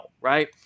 right